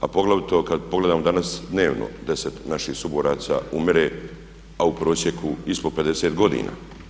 A poglavito kada pogledamo danas dnevno 10 naših suboraca umire a u prosjeku ispod 50 godina.